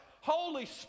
Holy